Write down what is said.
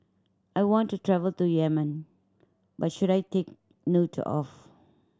I want to travel to Yemen what should I take note of